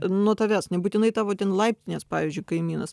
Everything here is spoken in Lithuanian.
nuo tavęs nebūtinai tavo ten laiptinės pavyzdžiui kaimynas